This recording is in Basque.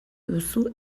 duzu